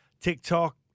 TikTok